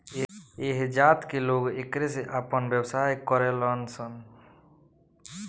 ऐह जात के लोग एकरे से आपन व्यवसाय करेलन सन